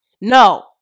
no